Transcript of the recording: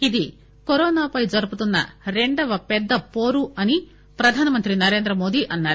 ఇది కరోనాపై జరుపుతున్న రెండవ పెద్ద వోరు అని ప్రధానమంత్రి నరేంద్ర మోదీ అన్నారు